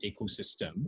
ecosystem